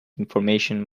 information